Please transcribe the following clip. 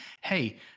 hey